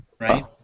right